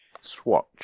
swatch